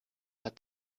hat